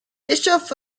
bischoff